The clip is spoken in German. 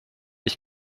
ich